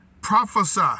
Prophesy